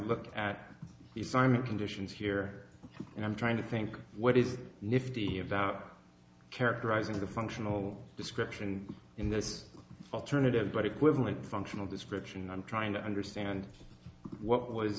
look at the simon conditions here and i'm trying to think what is nifty about characterizing the functional description in this alternative but equivalent functional description i'm trying to understand what was